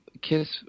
Kiss